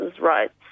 rights